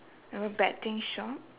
a betting shop